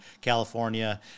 California